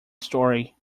story